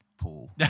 paul